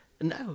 No